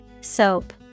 Soap